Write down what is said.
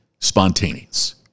spontaneous